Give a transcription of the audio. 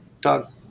Doug